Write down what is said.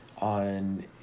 on